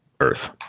Earth